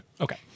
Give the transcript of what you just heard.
Okay